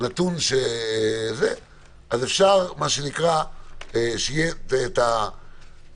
איך להבנות את זה בתוך העניין